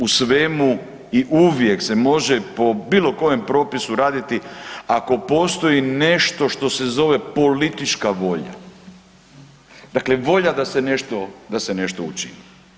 U svemu i uvijek se može po bilo kojem propisu raditi ako postoji nešto što se zove politička volja, dakle volja da se nešto učini.